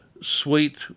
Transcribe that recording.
Sweet